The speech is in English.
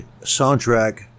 soundtrack